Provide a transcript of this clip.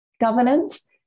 governance